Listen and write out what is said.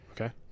Okay